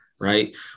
right